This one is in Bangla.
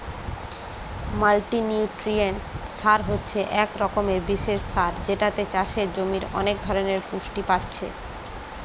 মাল্টিনিউট্রিয়েন্ট সার হচ্ছে এক রকমের বিশেষ সার যেটাতে চাষের জমির অনেক ধরণের পুষ্টি পাচ্ছে